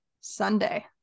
Sunday